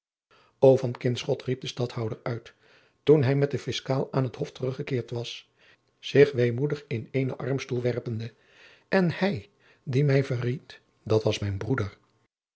riep de stadhouder uit toen hij met den fiscaal aan het hof teruggekeerd was zich weemoedig in eenen armstoel werpende en hij die mij verried was mijn broeder